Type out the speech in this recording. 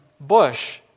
bush